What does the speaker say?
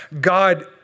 God